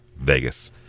Vegas